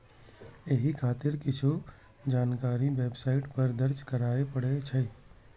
एहि खातिर किछु जानकारी वेबसाइट पर दर्ज करय पड़ै छै